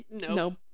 No